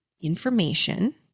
information